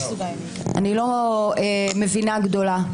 אני לא מבינה גדולה,